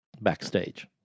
Backstage